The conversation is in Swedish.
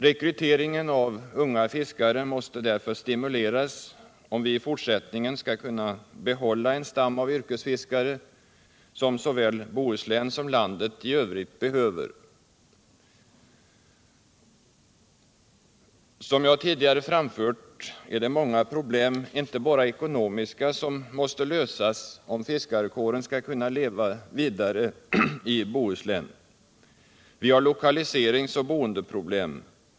Rekryteringen av unga fiskare måste därför stimuleras, om vi i fortsättningen skall kunna behålla en stam av yrkesfiskare som såväl Bohuslän som landet i övrigt behöver. Som jag tidigare framhållit är det många problem, inte bara ekonomiska, som måste lösas om fiskarkåren skall kunna leva vidare i Bohuslän. Vi har lokaliseringsoch boendeproblem.